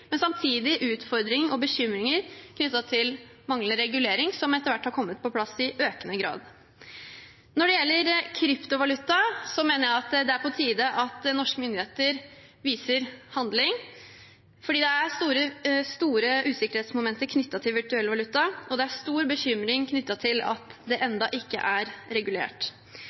men samtidig utfordringer og bekymringer knyttet til manglende regulering, som etter hvert har kommet på plass i økende grad. Når det gjelder kryptovaluta, mener jeg at det er på tide at norske myndigheter viser handling, for det er store usikkerhetsmomenter knyttet til virtuell valuta, og det er stor bekymring knyttet til at det enda ikke er regulert.